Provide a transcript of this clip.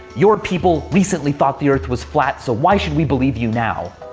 your people recently thought the earth was flat, so why should we believe you now?